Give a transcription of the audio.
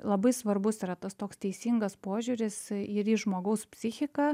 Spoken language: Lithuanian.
labai svarbus yra tas toks teisingas požiūris ir į žmogaus psichiką